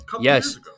Yes